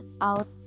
out